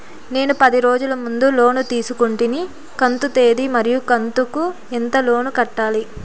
నేను పది రోజుల ముందు లోను తీసుకొంటిని కంతు తేది మరియు కంతు కు ఎంత లోను కట్టాలి?